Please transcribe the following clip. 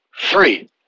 three